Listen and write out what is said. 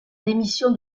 démission